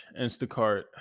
Instacart